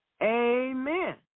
Amen